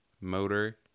motor